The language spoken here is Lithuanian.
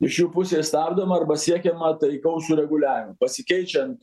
iš jų pusės stabdoma arba siekiama taikaus sureguliavimo pasikeičiant